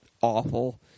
awful